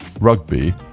rugby